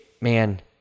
man